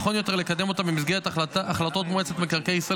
נכון יותר לקדם אותם במסגרת החלטות מועצת מקרקעי ישראל